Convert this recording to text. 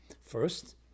first